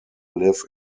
live